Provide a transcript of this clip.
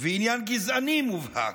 ועניין גזעני מובהק.